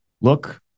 look